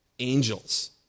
angels